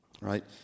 right